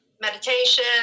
meditation